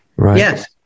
Yes